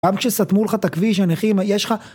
גם כשסתמו לך את הכביש, הנכים, יש לך.